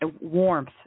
warmth